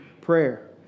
prayer